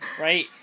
right